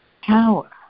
power